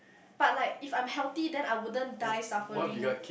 but like if I am healthy then I wouldn't die suffering